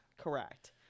Correct